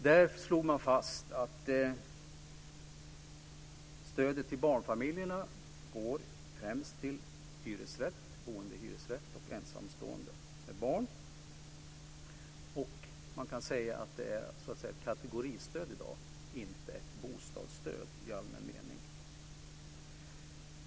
Där slog man fast att stödet till barnfamiljerna går främst till boende i hyresrätt och ensamstående med barn, och man kan säga att det är ett kategoristöd i dag, inte ett bostadsstöd i allmän mening.